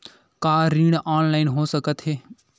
का ऋण ऑनलाइन हो सकत हे?